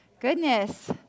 Goodness